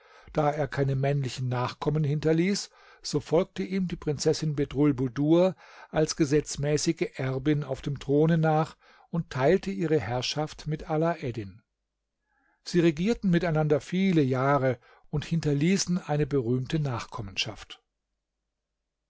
da er keine männlichen nachkommen hinterließ so folgte ihm die prinzessin bedrulbudur als gesetzmäßige erbin auf dem throne nach und teilte ihre herrschaft mit alaeddin sie regierten miteinander viele jahre und hinterließen eine berühmte nachkommenschaft